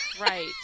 Right